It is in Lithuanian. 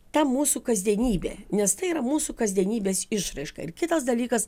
ta mūsų kasdienybė nes tai yra mūsų kasdienybės išraiška ir kitas dalykas